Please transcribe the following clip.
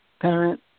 parent